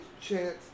chance